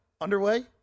Underway